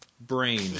brain